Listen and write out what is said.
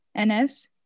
NS